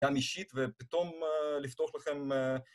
גם אישית ופתאום לפתוח לכם...